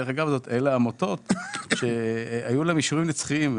אלו עמותות שהיו להן אישורים נצחיים.